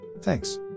Thanks